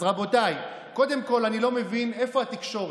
אז רבותיי, קודם כול, אני לא מבין איפה התקשורת,